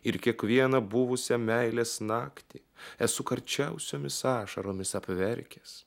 ir kiekvieną buvusią meilės naktį esu karčiausiomis ašaromis apverkęs